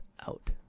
out